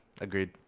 Agreed